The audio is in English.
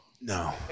No